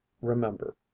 remember